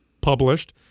published